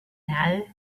now